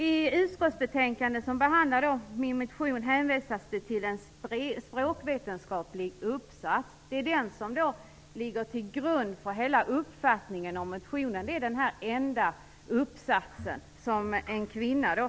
I det utskottsbetänkande som behandlar min motion hänvisas det till en språkvetenskaplig uppsats. En enda uppsats, skriven av en kvinna, Ritva Himanen, ligger alltså till grund för hela uppfattningen om motionen.